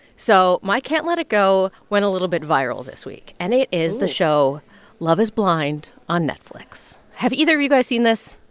so my can't let it go went a little bit viral this week, and it is the show love is blind on netflix. have either of you guys seen this?